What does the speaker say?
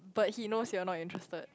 but he knows you're not interested